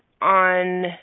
on